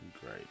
Great